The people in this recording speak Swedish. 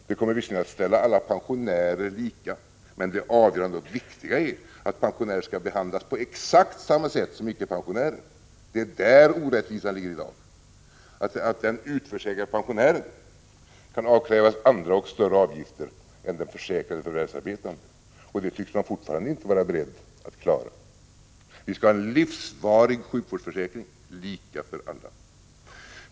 Det kommer visserligen att ställa alla pensionärer lika, men det avgörande och viktiga är att pensionärer skall behandlas på exakt samma sätt som icke-pensionärer. Det är där orättvisan ligger i dag — att en utförsäkrad pensionär kan avkrävas andra och större avgifter än den försäkrade förvärvsarbetaren — och det problemet tycks man fortfarande inte vara beredd att lösa. Vi skall ha en livsvarig sjukvårdsförsäkring lika för alla.